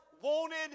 wanted